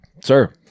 Sir